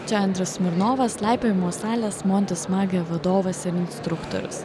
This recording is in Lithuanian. čia andrius smirnovas laipiojimo salės montis magija vadovas ir instruktorius